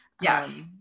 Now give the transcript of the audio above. Yes